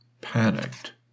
panicked